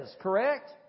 correct